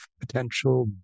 potential